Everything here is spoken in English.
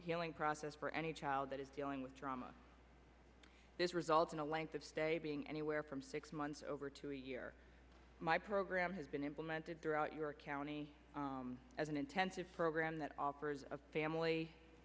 healing process for any child that is dealing with trauma this results in a length of stay being anywhere from six months over to a year my program has been implemented through out your county as an intensive program that offers a